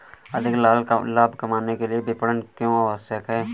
अधिक लाभ कमाने के लिए विपणन क्यो आवश्यक है?